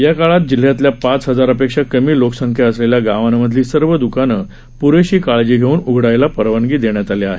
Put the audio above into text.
या काळात जिल्ह्यातल्या पाच हजारापेक्षा कमी लोकसंख्या असलेल्या गावांमधली सर्व द्कानं प्रेशी काळजी घेऊन उघडायला परवानगी देण्यात आली आहे